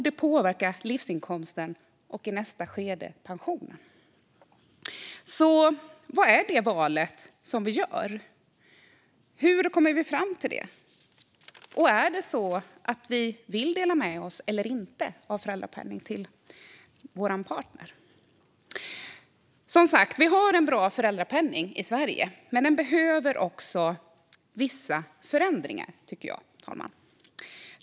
Det påverkar också livsinkomsten och i nästa skede pensionen. Vilket val är det alltså vi gör? Hur kommer vi fram till det? Vill vi dela med oss av föräldrapenningen till vår partner eller inte? Vi har som sagt en bra föräldrapenning i Sverige, men den behöver vissa förändringar, fru talman.